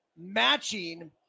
matching